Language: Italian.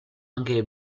anche